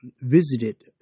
visited